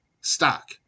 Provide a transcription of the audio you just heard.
stock